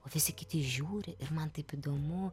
o visi kiti žiūri ir man taip įdomu